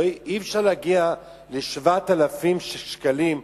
אי-אפשר להגיע ל-7,000 שקלים,